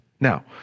Now